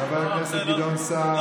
חבר הכנסת גדעון סער,